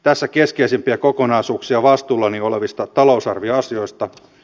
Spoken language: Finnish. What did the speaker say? tässä keskeisimpiä kokonaisuuksia vastuullani olevista talousarvioasioista